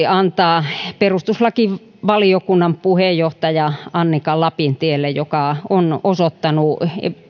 antaa perustuslakivaliokunnan puheenjohtaja annika lapintielle joka on osoittanut